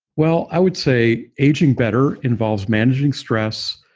well, i would say aging better involves managing stress,